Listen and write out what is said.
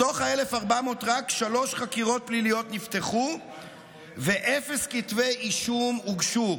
מתוך ה-1,400 רק שלוש חקירות פליליות נפתחו ואפס כתבי אישום הוגשו.